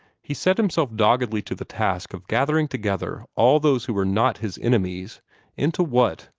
he set himself doggedly to the task of gathering together all those who were not his enemies into what,